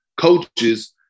coaches